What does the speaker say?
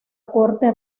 corte